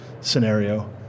scenario